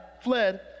fled